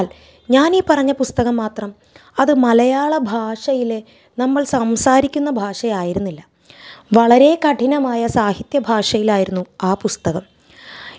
ഞാനീ പറഞ്ഞ പുസ്തകം മാത്രം അത് മലയാള ഭാഷയിലെ നമ്മൾ സംസാരിക്കുന്ന ഭാഷ ആയിരുന്നില്ല വളരെ കഠിനമായ സാഹിത്യഭാഷയിലായിരുന്നു ആ പുസ്തകം